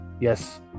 Yes